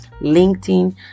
LinkedIn